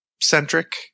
centric